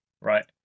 Right